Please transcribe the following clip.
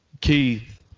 Keith